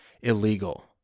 illegal